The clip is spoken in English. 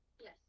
Yes